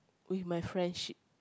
with my friendship